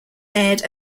aired